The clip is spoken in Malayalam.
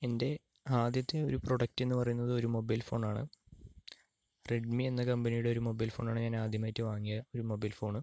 എൻ്റെ ആദ്യത്തെ ഒരു പ്രൊഡക്റ്റ് എന്ന് പറയുന്നത് ഒരു മൊബൈൽ ഫോണാണ് റെഡ്മി എന്ന കമ്പനിയുടെ ഒരു മൊബൈൽ ഫോണാണ് ഞാൻ ആദ്യമായിട്ട് വാങ്ങിയ ഒരു മൊബൈൽ ഫോൺ